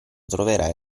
troverai